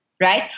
Right